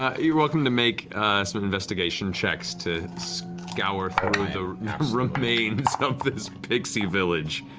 matt you are welcome to make some investigation checks to scour through the remains of this pixie village.